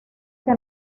que